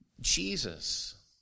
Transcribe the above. Jesus